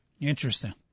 Interesting